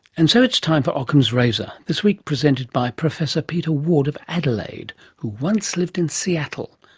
and so it's time for ockham's razor, this week presented by professor peter ward of adelaide, who once lived in seattle.